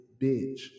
bitch